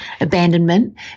abandonment